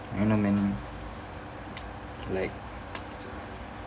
not many like